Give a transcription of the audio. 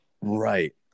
Right